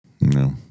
No